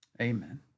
Amen